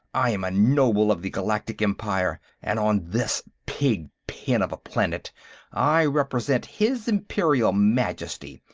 i am a noble of the galactic empire, and on this pigpen of a planet i represent his imperial majesty.